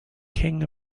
king